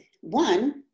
One